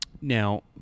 now